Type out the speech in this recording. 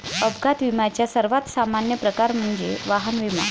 अपघात विम्याचा सर्वात सामान्य प्रकार म्हणजे वाहन विमा